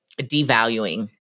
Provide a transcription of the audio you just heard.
Devaluing